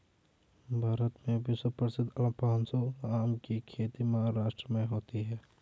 भारत में विश्व प्रसिद्ध अल्फांसो आम की खेती महाराष्ट्र में होती है